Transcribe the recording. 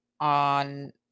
on